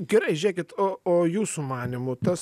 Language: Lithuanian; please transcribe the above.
gerai žėkit o o jūsų manymu tas